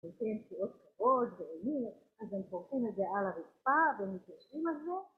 נתן להיות קרוב בימים אז אנחנו הולכים לזה על הרצפה ומתיישבים על זה